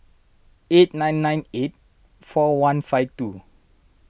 eight nine nine eight four one five two